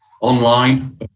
online